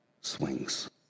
swings